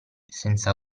senza